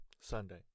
Sunday